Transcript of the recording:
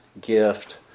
gift